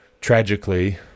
tragically